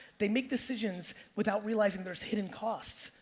they make decisions without realizing there's hidden costs.